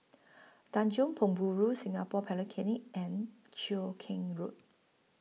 Tanjong Penjuru Singapore Polytechnic and Cheow Keng Road